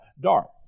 dark